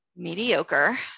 mediocre